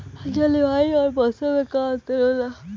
जलवायु और मौसम में का अंतर होला?